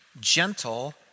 gentle